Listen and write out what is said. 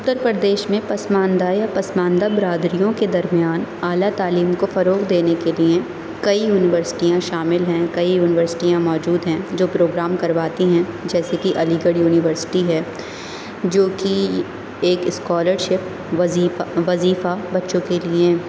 اتر پردیش میں پسماندہ یا پسماندہ برادریوں كے درمیان اعلیٰ تعلیم كو فروغ دینے كے لیے کئی یونیورسٹیاں شامل ہیں کئی یونیورسٹیاں موجود ہیں جو پروگرام کرواتی ہیں جیسے کہ علی گڑھ یونیورسٹی ہے جو کہ ایک اسکالرشپ وظیفہ وظیفہ بچوں کے لیے